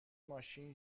ماشین